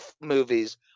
movies